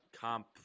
comp